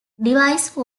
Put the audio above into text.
device